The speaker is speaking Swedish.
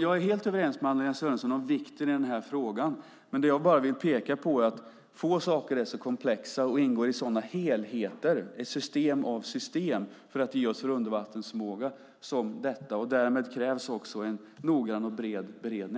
Jag är helt överens med Anna-Lena Sörenson om vikten av denna fråga. Jag vill dock peka på att få saker är så komplexa och ingår i sådana helheter, ett system av system för att ge oss undervattensförmåga, som detta. Därmed krävs också en noggrann och bred beredning.